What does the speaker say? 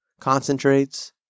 concentrates